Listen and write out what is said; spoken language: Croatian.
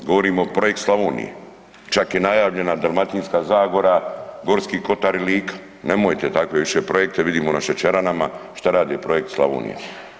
Govorimo o projekt Slavonija, čak je najavljena Dalmatinska zagora, G. kotar i Lika, nemojte takve više projekte, vidite na šećeranama, šta radi projekt Slavonija.